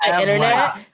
internet